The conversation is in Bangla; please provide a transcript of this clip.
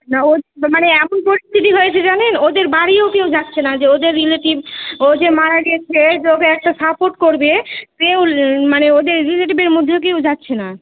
না ওদের মা মানে এমন পরিস্থিতি হয়েছে জানেন ওদের বাড়িও কেউ যাচ্ছে না যে ওদের রিলেটিব ও যে মারা গেছে যে ওকে একটা সাপোর্ট করবে সেও মানে ওদের রিলেটিবের মধ্যেও কেউ যাচ্ছে না